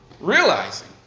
realizing